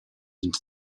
into